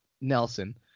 Nelson